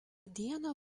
dieną